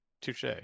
Touche